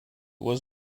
was